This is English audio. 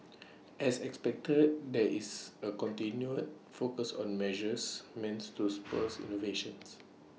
as expected there is A continued focus on measures means to spurs innovations